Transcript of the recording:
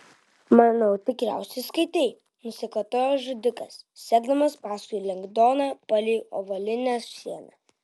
manau tikriausiai skaitei nusikvatojo žudikas sekdamas paskui lengdoną palei ovalinę sieną